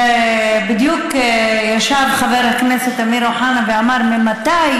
בדיוק ישב חבר הכנסת אמיר אוחנה ואמר: ממתי